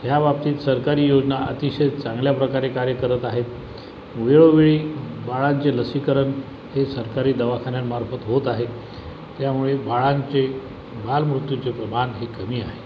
ह्या बाबतीत सरकारी योजना अतिशय चांगल्या प्रकारे कार्य करत आहेत वेळोवेळी बाळांचे लसीकरण हे सरकारी दवाखान्यांमार्फत होत आहे त्यामुळे बाळांचे बालमृत्यूचे प्रमाण हे कमी आहे